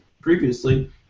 previously